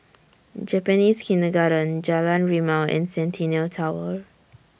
Japanese Kindergarten Jalan Rimau and Centennial Tower